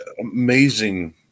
amazing